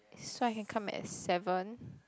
so I can come at seven